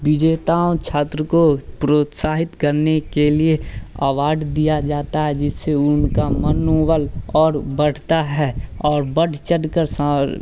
विजेताओं छात्र को प्रोत्साहित करने के लिए अवार्ड दिया जाता है जिससे उनका मनोबल और बढ़ता है और बढ़ चढ़कर